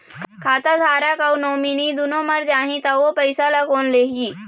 खाता धारक अऊ नोमिनि दुनों मर जाही ता ओ पैसा ला कोन लिही?